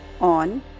on